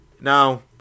Now